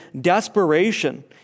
desperation